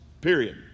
Period